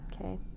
Okay